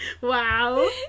Wow